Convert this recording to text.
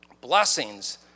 blessings